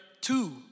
two